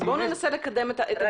אז בואו ננסה לקדם את הדיון.